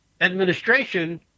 administration